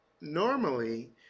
normally